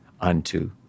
unto